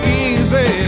easy